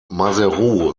maseru